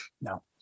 No